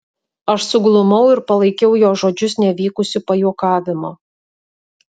aš suglumau ir palaikiau jo žodžius nevykusiu pajuokavimu